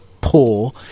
poor